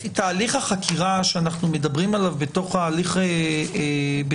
תהליך החקירה שאנחנו מדברים עליו בתוך ההליך הפלילי,